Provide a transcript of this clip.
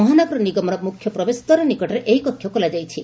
ମହାନଗର ନିଗମର ମୁଖ୍ୟ ପ୍ରବେଶ ଦ୍ୱାର ନିକଟରେ ଏହି କଷ ଖୋଲାଯାଇଛି